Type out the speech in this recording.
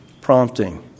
prompting